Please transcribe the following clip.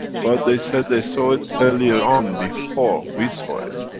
but they said they saw it earlier on, before we saw it.